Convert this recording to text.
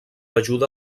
ajuda